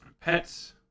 pets